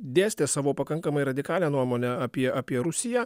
dėstė savo pakankamai radikalią nuomonę apie apie rusiją